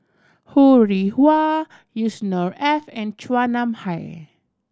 Ho Rih Hwa Yusnor Ef and Chua Nam Hai